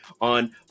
on